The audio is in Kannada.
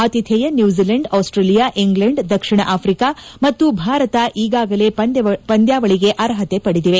ಆತಿಥೇಯ ನ್ನೂಜಿಲೆಂಡ್ ಆಸ್ವೇಲಿಯಾ ಇಂಗ್ಲೆಂಡ್ ದಕ್ಷಿಣ ಆಫ್ರಿಕಾ ಮತ್ತು ಭಾರತ ಈಗಾಗಲೇ ಪಂದ್ವಾವಳಿಗೆ ಅರ್ಹತೆ ಪಡೆದಿದೆ